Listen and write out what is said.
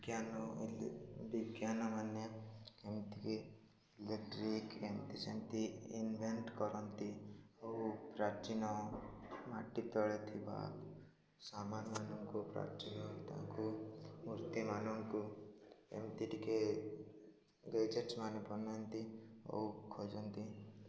ବିଜ୍ଞାନ ବିଜ୍ଞାନ ମାନ ଏମିତିକି ଇଲେକ୍ଟ୍ରିକ୍ ଏମିତି ସେମିତି ଇନ୍ଭେଣ୍ଟ କରନ୍ତି ଓ ପ୍ରାଚୀନ ମାଟି ତଳେ ଥିବା ସାମାନ ମାନଙ୍କୁ ପ୍ରାଚୀନ ତାଙ୍କୁ ମୂର୍ତ୍ତି ମାନଙ୍କୁ ଏମିତି ଟିକେ ବନାନ୍ତି ଓ ଖୋଜନ୍ତି